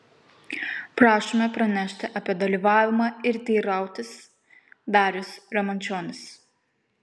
prašome pranešti apie dalyvavimą ir teirautis darius ramančionis